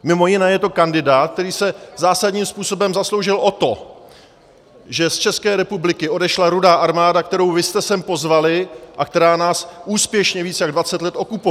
Mimo jiné je to kandidát, který se zásadním způsobem zasloužil o to, že z České republiky odešla Rudá armáda, kterou vy jste sem pozvali a která nás úspěšně více jak dvacet let okupovala.